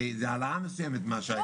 הרי זה העלאה מסוימת ממה שהיה, נכון?